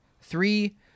three